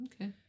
Okay